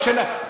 ההצעה.